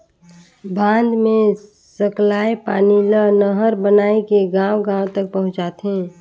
बांध मे सकलाए पानी ल नहर बनाए के गांव गांव तक पहुंचाथें